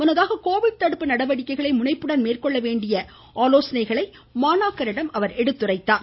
முன்னதாக கோவிட் தடுப்பு நடவடிக்கைகளை முனைப்புடன் மேற்கொள்ள வேண்டிய ஆலோசனைகளை மாணாக்கரிடம் அவர் எடுத்துரைத்தார்